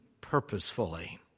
purposefully